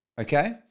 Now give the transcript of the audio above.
okay